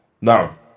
Now